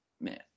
man